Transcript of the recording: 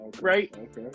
right